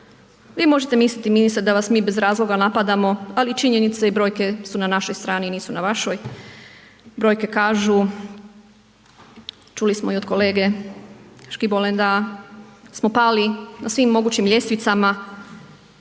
vi možete misliti ministre da vas mi bez razloga napadamo ali činjenice i brojke su na našoj strani, nisu na vašoj, brojke kažu čuli smo i od kolege Škibole da smo pali na svim mogućim ljestvicama